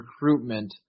recruitment